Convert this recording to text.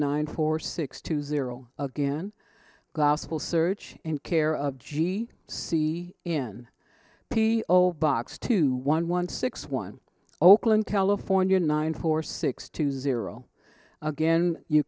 nine four six two zero again gospel search and care of g c in p o box two one one six one oakland california nine four six two zero again you